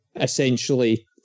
essentially